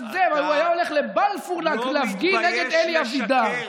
והוא היה הולך לבלפור להפגין נגד אלי אבידר.